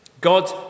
God